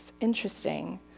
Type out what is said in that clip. Interesting